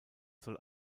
soll